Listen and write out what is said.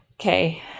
Okay